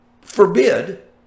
forbid